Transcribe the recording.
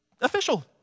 official